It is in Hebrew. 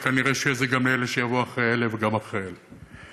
וכנראה גם לאלה שיבואו אחרי אלה וגם אחרי אלה.